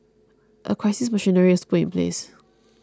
a crisis machinery was put in place